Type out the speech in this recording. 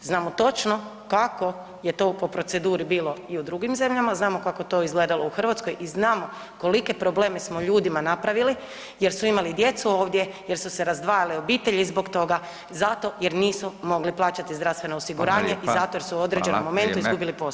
Znamo točno kako je to po proceduri bilo i u drugim zemljama, znamo kako je to izgledalo u Hrvatskoj i znamo kolike probleme smo ljudima napravili jer su imali djecu ovdje, jer su se razdvajale obitelji zbog toga zato jer nisu mogli plaćati zdravstveno osiguranje i [[Upadica: Hvala lijepa.]] zato jer su u određenom momentu izgubili [[Upadica: Hvala, vrijeme.]] posao.